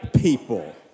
people